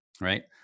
Right